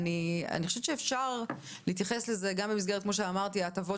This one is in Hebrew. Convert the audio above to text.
אני חושבת שאפשר להתייחס לזה גם במסגרת ההטבות,